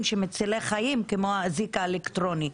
שהם מצילי חיים כמו האזיק האלקטרוני.